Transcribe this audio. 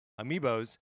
Amiibos